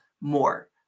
more